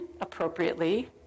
appropriately